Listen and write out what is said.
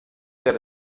that